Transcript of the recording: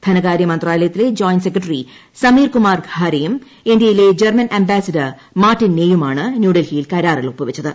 ധനകാര്യമന്ത്രാലയത്തിലെ joint secretary Sameer Kumar ഖാരെയും ഇന്ത്യയിലെ German ambassador Martin നെയുമാണ് ന്യൂഡൽഹിയിൽ കരാറിൽ ഒപ്പുവച്ചത്